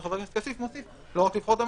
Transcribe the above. וחבר הכנסת כסיף הוסיף לא רק זה,